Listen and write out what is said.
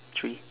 three